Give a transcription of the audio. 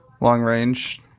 long-range